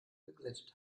geglättet